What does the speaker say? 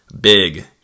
big